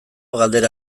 galdera